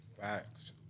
Facts